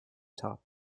top